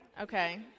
Okay